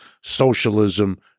socialism